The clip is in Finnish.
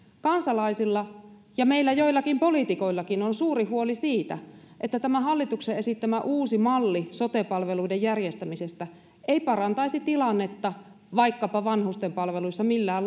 kansalaisilla ja meillä joillakin poliitikoillakin on suuri huoli siitä että tämä hallituksen esittämä uusi malli sote palveluiden järjestämisestä ei parantaisi tilannetta vaikkapa vanhustenpalveluissa millään